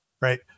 right